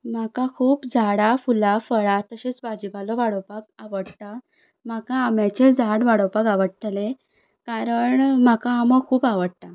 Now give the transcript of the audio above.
म्हाका खूब झाडां फुलां फळां तशेंच भाजीपालो वाडोवपाक आवडटा म्हाका आंब्याचें झाड वाडोवपाक आवडटलें कारण म्हाका आंबो खूब आवडटा